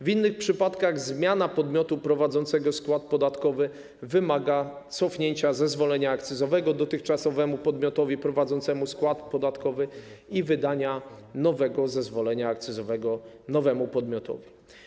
W innych przypadkach zmiana podmiotu prowadzącego skład podatkowy wymaga cofnięcia zezwolenia akcyzowego dotychczasowemu podmiotowi prowadzącemu skład podatkowy i wydania nowego zezwolenia akcyzowego nowemu podmiotowi.